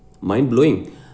mind-blowing